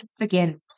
again